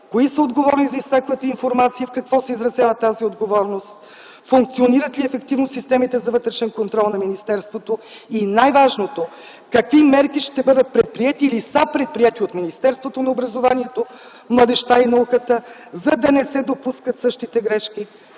кои са отговорни за изтеклата информация, в какво се изразява тази отговорност, функционират ли ефективно системите за вътрешен контрол на министерството и най-важното – какви мерки ще бъдат предприети или са предприети от Министерството на образованието, младежта и науката, за да не се допускат същите грешки